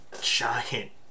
giant